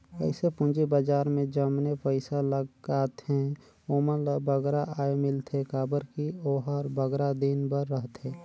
जइसे पूंजी बजार में जमने पइसा लगाथें ओमन ल बगरा आय मिलथे काबर कि ओहर बगरा दिन बर रहथे